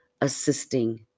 assisting